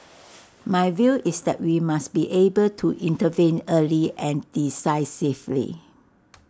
my view is that we must be able to intervene early and decisively